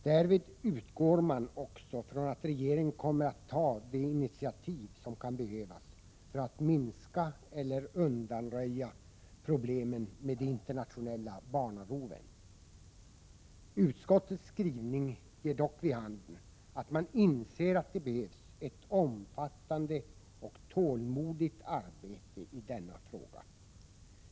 Därvid utgår man också från att regeringen kommer att ta de initiativ som kan behövas för att minska eller undanröja problemen med de internationella barnaroven. Utskottets skrivning ger dock vid handen att man inser att det behövs ett omfattande och tålmodigt arbete i denna fråga.